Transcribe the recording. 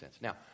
Now